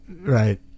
right